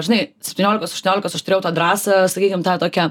žinai septyniolikos aštuoniolikos aštriau tą drąsą sakykim tą tokią